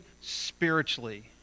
spiritually